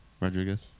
Rodriguez